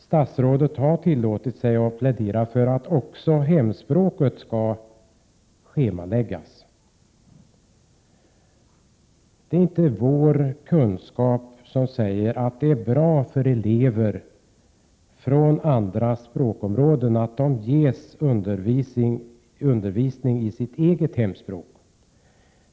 Statsrådet har tillåtit sig att plädera för att också hemspråket skall schemaläggas. Det är inte vår kunskap som säger att det är bra för elever från andra språkområden att de ges undervisning i sitt eget hemspråk.